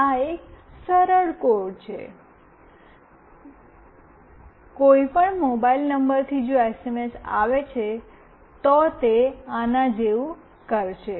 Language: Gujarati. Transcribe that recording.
આ એક સરળ કોડ છે કોઈપણ મોબાઇલ નંબરથી જો એસએમએસ આવે છે તો તે આના જેવું કરશે